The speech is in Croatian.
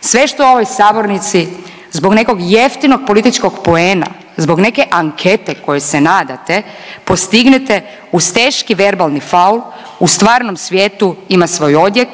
Sve što u ovoj sabornici zbog nekog jeftinog političkog poena, zbog neke ankete kojoj se nadate postignete uz teški verbalni faul u stvarnom svijetu ima svoj odjek.